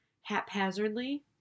haphazardly